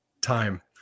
time